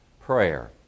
Prayer